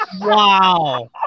Wow